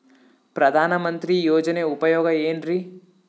ಪ್ರಧಾನಮಂತ್ರಿ ಯೋಜನೆ ಉಪಯೋಗ ಏನ್ರೀ?